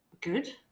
Good